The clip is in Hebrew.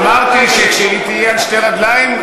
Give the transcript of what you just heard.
אמרתי שכשהיא תהיה על שתי רגליים,